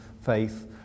faith